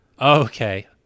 okay